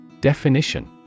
Definition